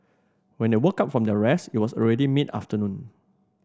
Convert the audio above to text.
when they woke up from their rest it was already mid afternoon